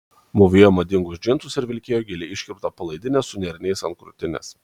mūvėjo madingus džinsus ir vilkėjo giliai iškirptą palaidinę su nėriniais ant krūtinės